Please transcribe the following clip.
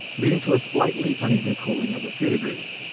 leading to a slightly uneven cooling of a few degrees.